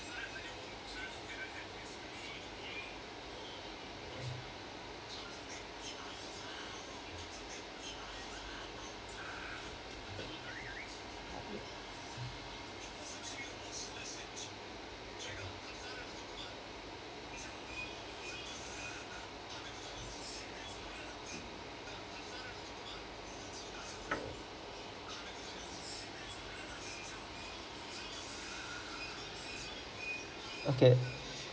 okay